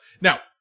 Now